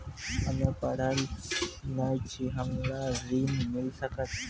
हम्मे पढ़ल न छी हमरा ऋण मिल सकत?